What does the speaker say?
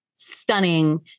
Stunning